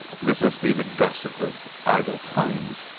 this must be the gossip of idle tongues.